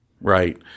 Right